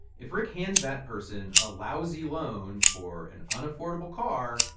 if rick hands that person a lousy loan for an unaffordable car,